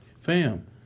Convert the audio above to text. fam